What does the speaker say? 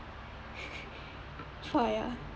!choy! ah